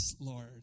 Lord